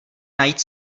najít